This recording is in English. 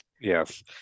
yes